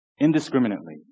indiscriminately